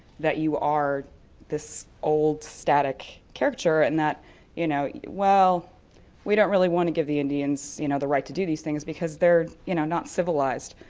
that you are this old static character and that you know, well we don't really want to give the indians, you know, the right to do these things because they're you know not civilized.